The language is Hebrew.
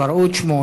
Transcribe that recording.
קראו בשמו,